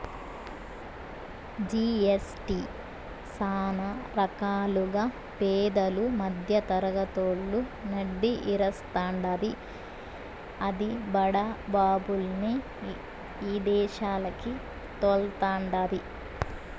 GST సానా రకాలుగా పేదలు, మద్దెతరగతోళ్ళు నడ్డి ఇరస్తాండాది, అది బడా బాబుల్ని ఇదేశాలకి తోల్తండాది